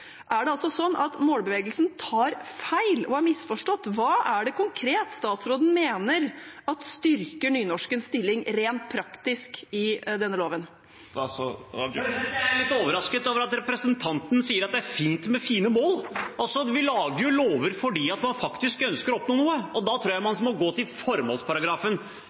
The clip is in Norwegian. altså sånn at målbevegelsen tar feil og har misforstått? Hva er det statsråden konkret mener styrker nynorskens stilling rent praktisk i denne loven? Jeg er litt overrasket over at representanten sier at det er fint med fine mål. Vi lager jo lover fordi man faktisk ønsker å oppnå noe, og da tror jeg man må gå til formålsparagrafen.